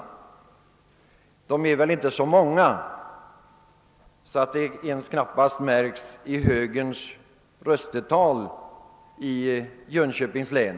De är väl inte så många att deras flyttning märks ens i högerns röstetal i Jönköpings län.